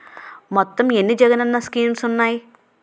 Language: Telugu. మొత్తం ఎన్ని జగనన్న స్కీమ్స్ ఉన్నాయి?